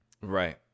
Right